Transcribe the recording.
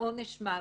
עונש מוות.